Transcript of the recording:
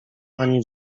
panie